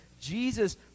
Jesus